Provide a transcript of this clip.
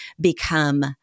become